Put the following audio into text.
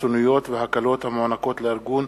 חסינויות והקלות המוענקות לארגון,